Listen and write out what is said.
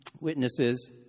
witnesses